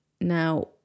Now